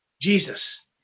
Jesus